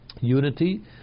unity